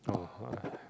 oh uh